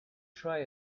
try